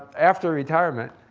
after retirement,